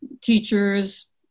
teachers